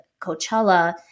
Coachella